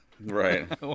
Right